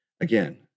Again